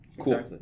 Cool